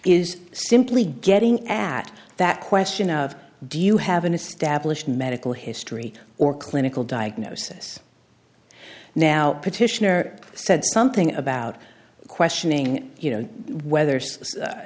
is simply getting at that question of do you have an established medical history or clinical diagnosis now petitioner said something about questioning you know whether